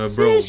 Bro